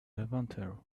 levanter